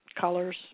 colors